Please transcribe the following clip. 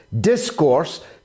discourse